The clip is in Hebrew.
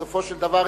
בסופו של דבר,